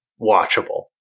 watchable